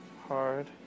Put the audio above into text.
hard